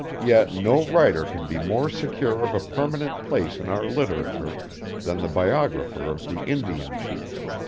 yet no writer can be more secure of a permanent place in our literature than the biographer of the indian chiefs.